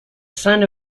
son